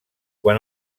quan